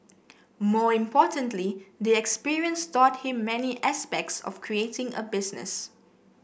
more importantly the experience taught him many aspects of creating a business